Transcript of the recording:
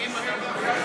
הצעת